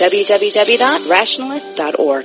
www.rationalist.org